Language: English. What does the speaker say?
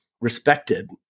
respected